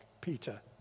Peter